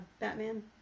Batman